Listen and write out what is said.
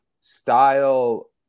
style